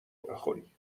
بخوری